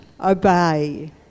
obey